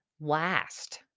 last